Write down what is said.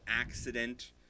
accident